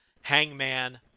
Hangman